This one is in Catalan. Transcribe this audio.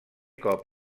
cop